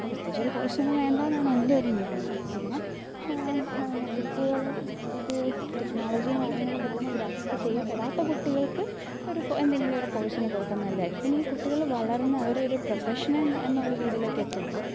പിന്നെ പ്രത്യേകിച്ച് ഒരു കോഴ്സ് ഒന്നും വേണ്ടെന്നാണ് എൻ്റെ ഒരു നിഗമനം പിന്നെ കുട്ടികള് ഇത് ടെക്നോളജിയും കാര്യങ്ങളും പെട്ടെന്ന് ഗ്രാസ്പ് ചെയ്യപ്പെടാത്ത കുട്ടികൾക്ക് ഒരു എന്തെങ്കിലും ഒരു കോഴ്സിന് കൊടുക്കുന്നത് നല്ലതായിരിക്കും പിന്നെ ഈ കുട്ടികള് വളർന്ന് അവരൊരു പ്രൊഫഷൻ എന്ന രീതിയിലേക്ക് എത്തുമ്പോള്